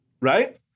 Right